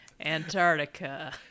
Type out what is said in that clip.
Antarctica